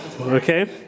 okay